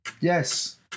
Yes